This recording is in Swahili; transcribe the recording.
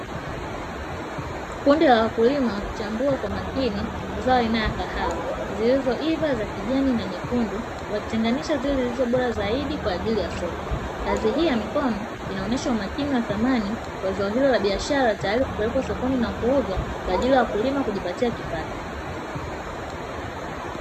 Kundi la wakulima wakichambua kwa makini zao aina ya kahawa, zilizoiva za kijani na nyekundu wakitenganisha zile zilizo bora zaidi kwa ajili ya soko. Kazi hii ya mikono inaonesha umakini na thamani wa zao hilo la biashara, tayari kupelekwa sokoni na kuuzwa kwa ajili ya wakulima kujipatia kipato.